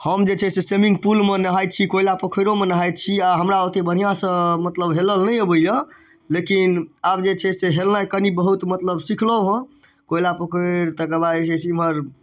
हम जे छै से स्विमिंग पुलमे नहाइत छी कोयला पोखरिओमे नहाइत छी आ हमरा ओतेक बढ़िआँसँ मतलब हेलल नहि अबैए लेकिन आब जे छै से हेलनाइ कनि बहुत मतलब सिखलहुँ हेँ कोयला पोखरि तकर बाद जे छै से एम्हर